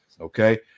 Okay